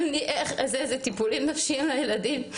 זה טיפולים נפשיים לילדים.